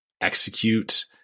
execute